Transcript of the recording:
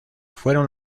fueron